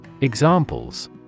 Examples